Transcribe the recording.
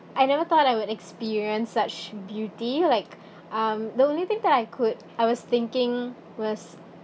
I never thought I would experience such beauty like um the only thing that I could I was thinking was